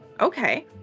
Okay